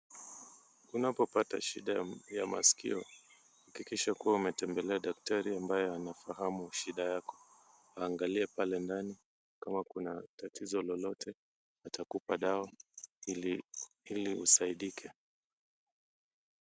Unapo pata shida ya maskio hakikisha kua umetembelea daktari ambaye anafahamu shida yako. Aangalie pale ndani kama kuna tatizo lolote atakupa dawa ili usaidike.